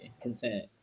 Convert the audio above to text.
consent